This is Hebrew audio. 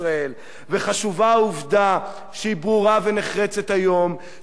וחשובה העובדה, שהיא ברורה ונחרצת היום, שיש אמצעי